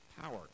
power